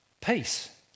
peace